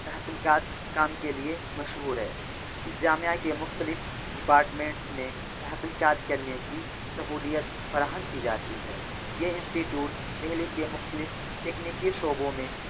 تحقیقات کام کے لیے مشہور ہے اس جامعہ کے مختلف ڈپاٹمنٹس میں تحقیقات کرنے کی سہولیت فراہم کی جاتی ہے یہ انسٹیٹیوٹ دہلی کے مختلف تکنیکی شعبوں میں